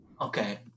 Okay